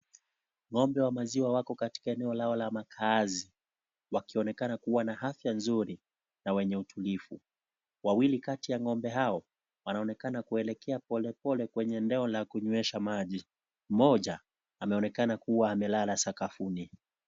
Ngo'ombe wa maziwa wako katika eneo lao la makaazi wakionekana kuwa na afya nzuri na wenye utulivu. Wawili kati ya ng'ombe hao wanaonekana kuelekea polepole kwenye eneo la kunywesha maji, mmoja ameonekana kuwa amelala sakafuni.